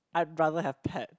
I'd rather have pet